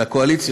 בקואליציה,